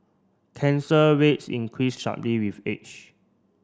cancer rates increase sharply with age